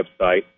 website